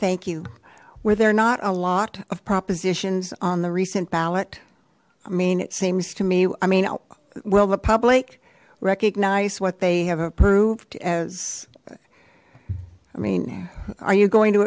thank you where there not a lot of propositions on the recent ballot i mean it seems to me i mean will the public recognize what they have approved as i mean are you going to